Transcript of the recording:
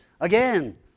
again